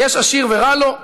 יש עשיר ורע לו,